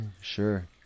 sure